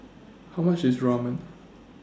How much IS Ramen